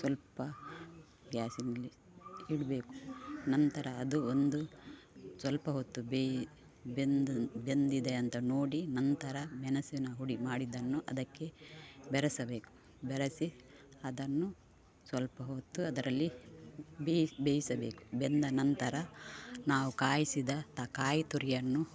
ಸ್ವಲ್ಪ ಗ್ಯಾಸಿನಲ್ಲಿ ಇಡಬೇಕು ನಂತರ ಅದು ಒಂದು ಸ್ವಲ್ಪ ಹೊತ್ತು ಬೇಯು ಬೆಂದ ಬೆಂದಿದೆ ಅಂತ ನೋಡಿ ನಂತರ ಮೆಣಸಿನ ಹುಡಿ ಮಾಡಿದ್ದನ್ನು ಅದಕ್ಕೆ ಬೆರೆಸಬೇಕು ಬೆರಸಿ ಅದನ್ನು ಸ್ವಲ್ಪ ಹೊತ್ತು ಅದರಲ್ಲಿ ಬೇಯಿ ಬೇಯಿಸಬೇಕು ಬೆಂದ ನಂತರ ನಾವು ಕಾಯಿಸಿದ ಕಾಯಿತುರಿಯನ್ನು